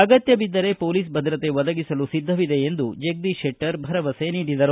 ಅಗತ್ತ ಬಿದ್ದರೆ ಪೊಲೀಸ್ ಭದ್ರತೆ ಒದಗಿಸಲು ಸಿದ್ದವಿದೆ ಎಂದು ಜಗದೀಶ ಶೆಟ್ಟರ್ ಭರವಸೆ ನೀಡಿದರು